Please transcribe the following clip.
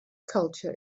culture